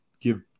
give